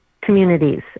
communities